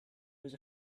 was